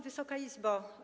Wysoka Izbo!